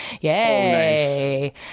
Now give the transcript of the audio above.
Yay